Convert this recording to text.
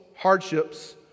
hardships